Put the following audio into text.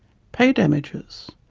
pay damages,